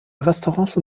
restaurants